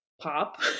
pop